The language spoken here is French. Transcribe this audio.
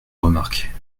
remarque